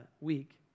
week